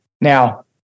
Now